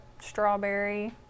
strawberry